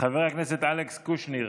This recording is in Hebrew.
חבר הכנסת אלכס קושניר,